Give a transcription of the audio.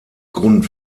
grund